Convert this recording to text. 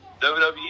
WWE